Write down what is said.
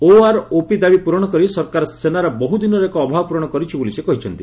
OROP ଦାବି ପୂରଣ କରି ସରକାର ସେନାର ବହୁଦିନର ଏକ ଅଭାବ ପୂରଣ କରିଛି ବୋଲି ସେ କହିଛନ୍ତି